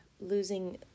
losing